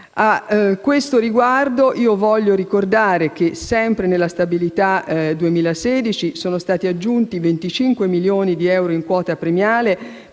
A questo riguardo vorrei ricordare che, sempre nella legge di stabilità 2016, sono stati aggiunti 25 milioni di euro in quota premiale